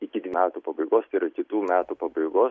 iki metų pabaigos tai yra kitų metų pabaigos